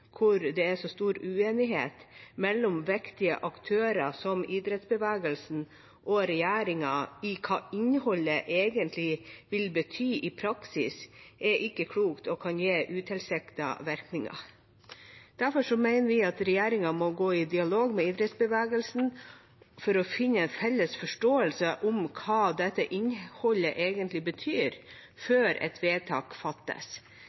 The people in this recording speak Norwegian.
hvor det er så stor uenighet mellom viktige aktører som idrettsbevegelsen og regjeringen om hva innholdet egentlig vil bety i praksis, er ikke klokt og kan gi utilsiktede virkninger. Derfor mener vi at regjeringen må gå i dialog med idrettsbevegelsen for å finne en felles forståelse av hva dette innholdet egentlig betyr, før et vedtak fattes.